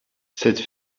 cette